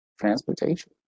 transportation